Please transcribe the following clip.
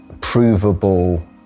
provable